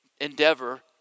endeavor